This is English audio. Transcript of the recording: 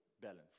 balance